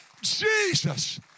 Jesus